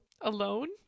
alone